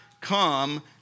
come